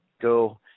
go